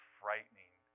frightening